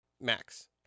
max